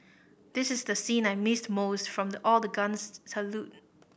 this is the scene I missed most from the all the guns salute